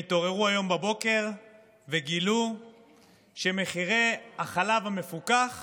שהם התעוררו היום בבוקר וגילו שמחירי החלב המפוקח